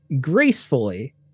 gracefully